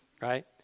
right